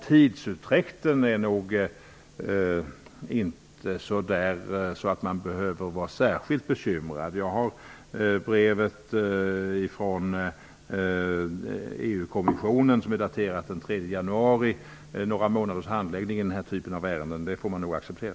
Tidsutdräkten är nog inte sådan att man behöver vara särskilt bekymrad. Brevet från EG-kommissionen är daterat den 3 januari, och några månaders handläggning av ett sådant här ärende får man nog acceptera.